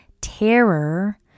terror